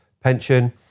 pension